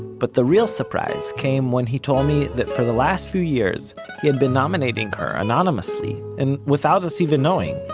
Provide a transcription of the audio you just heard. but the real surprise came when he told me that for the last few years he had been nominating her, anonymously and without us even knowing,